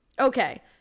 Okay